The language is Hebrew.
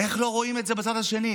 איך לא רואים את זה בצד השני?